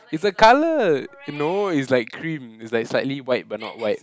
it's a colour no it's like cream it's like slightly white but not white